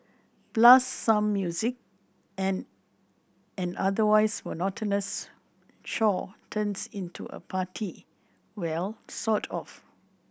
blast some music and an otherwise monotonous chore turns into a party well sort of